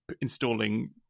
installing